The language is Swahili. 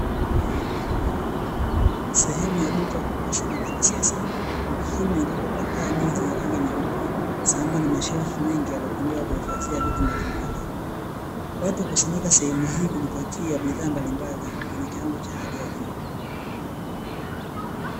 Sehemu ya duka kubwa sana la kisasa. Duka hili limepambwa kwa taa nyingi zenye rangi nyeupe, sambamba na mashelfu mengi yaliyotumika kuhifadhia vitu mbalimbali. Watu hukusanyika sehemu hii kujipatia bidhaa mbalimbali zenye kiwango cha hali ya juu.